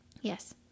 Yes